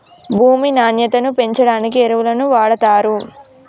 భూమి నాణ్యతను పెంచడానికి ఎరువులను వాడుతారు